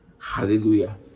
Hallelujah